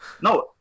No